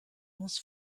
muss